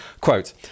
Quote